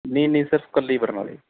ਨਹੀਂ ਨਹੀਂ ਸਰ ਇਕੱਲੀ ਬਰਨਾਲੇ